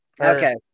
Okay